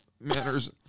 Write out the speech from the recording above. manner's